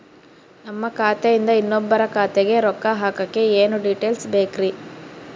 ನಮ್ಮ ಖಾತೆಯಿಂದ ಇನ್ನೊಬ್ಬರ ಖಾತೆಗೆ ರೊಕ್ಕ ಹಾಕಕ್ಕೆ ಏನೇನು ಡೇಟೇಲ್ಸ್ ಬೇಕರಿ?